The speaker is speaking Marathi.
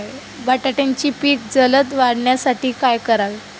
बटाट्याचे पीक जलद वाढवण्यासाठी काय करावे?